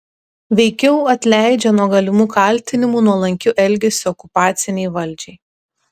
veikiau atleidžia nuo galimų kaltinimų nuolankiu elgesiu okupacinei valdžiai